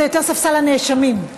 זה יותר ספסל הנאשמים,